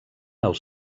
els